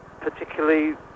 particularly